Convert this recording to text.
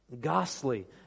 Ghastly